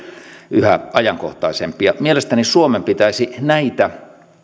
yhä ajankohtaisempia mielestäni suomen pitäisi näitä